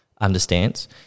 understands